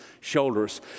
shoulders